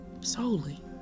solely